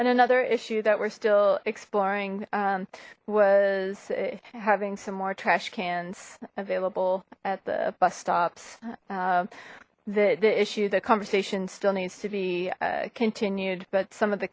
and another issue that we're still exploring was having some more trash cans available at the bus stops the the issue the conversation still needs to be continued but some of the